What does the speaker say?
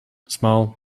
small